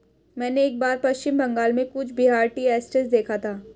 मैंने एक बार पश्चिम बंगाल में कूच बिहार टी एस्टेट देखा था